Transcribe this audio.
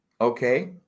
Okay